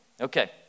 Okay